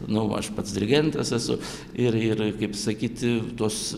nu aš pats dirigentas esu ir ir kaip sakyti tos